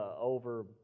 over